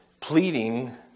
pleading